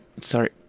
Sorry